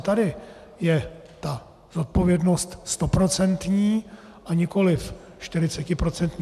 Tady je ta odpovědnost stoprocentní a nikoliv čtyřicetiprocentní.